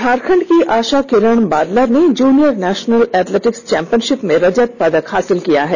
झारखंड की आशा किरण बारला ने junior national athletics championship में रजत पदक हासिल किया है